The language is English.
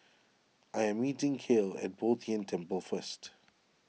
I am meeting Cale at Bo Tien Temple first